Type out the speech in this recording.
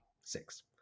six